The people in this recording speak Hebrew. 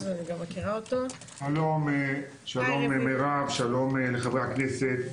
שלום מירב, שלום לחברי הכנסת,